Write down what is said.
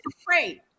afraid